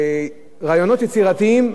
היו רעיונות יצירתיים,